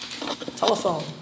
Telephone